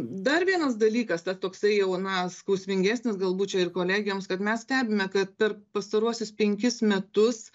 dar vienas dalykas tas toksai jau na skausmingesnis galbūt čia ir kolegijoms kad mes stebime kad per pastaruosius penkis metus